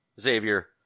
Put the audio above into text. Xavier